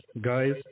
guys